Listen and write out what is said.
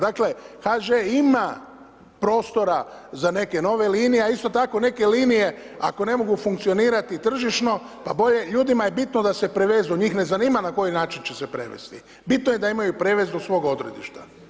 Dakle, HŽ ima prostora za neke nove linije, a isto tako neke linije ako ne mogu funkcionirati tržišno, pa bolje, ljudima je bitno da se prevezu, njih ne zanima na koji način će se prevesti, bitno je da imaju prijevoz do svog odredišta.